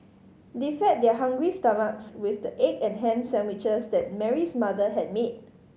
they fed their hungry stomachs with the egg and ham sandwiches that Mary's mother had made